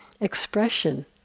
expression